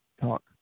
Talk